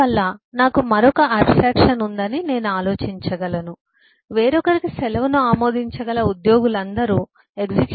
అందువల్ల నాకు వేరొకరికి సెలవును ఆమోదించగల ఉద్యోగుల మరొక నైరూప్య భావన ఉందని నేను ఆలోచించగలను